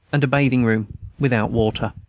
and a bathing-room without water.